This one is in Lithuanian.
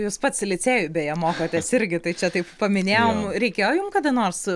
jūs pats licėjuj beje mokotės irgi tai čia taip paminėjom reikėjo jums kada nors